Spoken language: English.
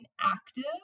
active